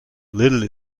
little